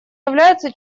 являются